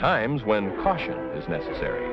times when caution is necessary